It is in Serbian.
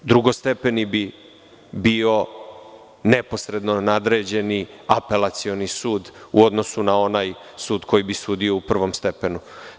Drugostepeni bi bio neposredno nadređeni Apelacioni sud u odnosu na onaj sud koji bi sudio u prvom stepenu.